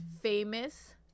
famous